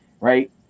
right